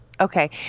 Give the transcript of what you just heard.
Okay